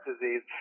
disease